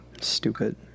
Stupid